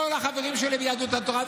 כל החברים שלי ביהדות התורה,